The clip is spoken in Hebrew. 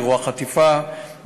אירוע החטיפה,